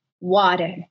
water